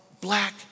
black